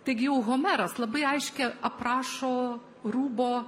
taigi jau homeras labai aiškiai aprašo rūbo